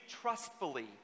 trustfully